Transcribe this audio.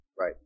Right